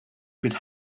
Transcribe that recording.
could